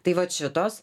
tai vat šitos